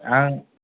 आं